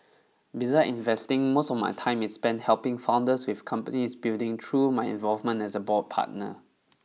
beside investing most of my time is spent helping founders with companies building through my involvement as a board partner